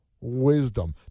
wisdom